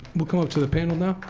we'll come up to the panel now.